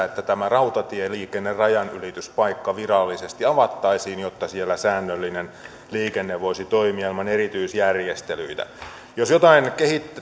että tämä rautatieliikenteen rajanylityspaikka virallisesti avattaisiin jotta siellä säännöllinen liikenne voisi toimia ilman erityisjärjestelyitä jos jotain